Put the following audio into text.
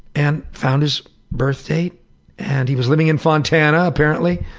and found his birth date and he was living in fontana, apparently,